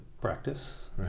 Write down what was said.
practice